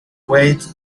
weight